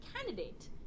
candidate